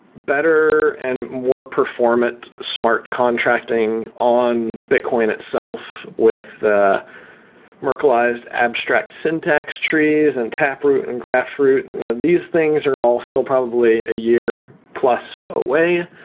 better and more performant smart contracting on bitcoin itself with merkelized abstract syntax trees and tap root and graph root these things are all still probably a year plus away,